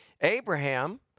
Abraham